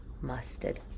mustard